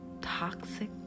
toxic